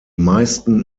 meisten